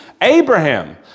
Abraham